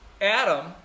Adam